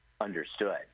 understood